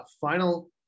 final